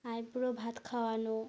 আইবুড়ো ভাত খাওয়ানো